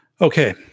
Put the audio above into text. Okay